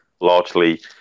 largely